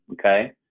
okay